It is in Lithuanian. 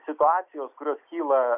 situacijos kurios kyla